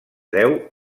deu